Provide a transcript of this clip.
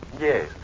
Yes